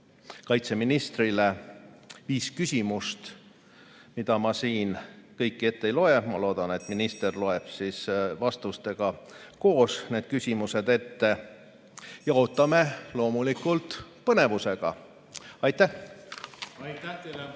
kaitseministrile viis küsimust, mida ma siin ette ei loe. Ma loodan, et minister loeb vastustega koos need küsimused ette. Ja ootame loomulikult põnevusega. Aitäh! Aitäh teile,